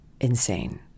insane